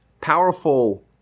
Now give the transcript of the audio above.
powerful